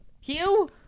Hugh